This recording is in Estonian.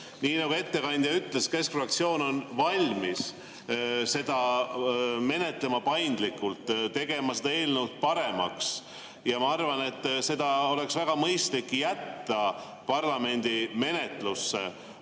Nii nagu ettekandja ütles, keskfraktsioon on valmis seda menetlema paindlikult, tegema seda eelnõu paremaks. Ma arvan, et oleks väga mõistlik jätta see eelnõu parlamendi menetlusse.